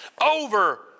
over